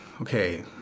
okay